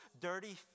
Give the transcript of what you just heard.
dirty